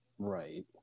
Right